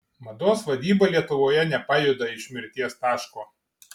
mados vadyba lietuvoje nepajuda iš mirties taško